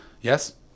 yes